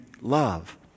love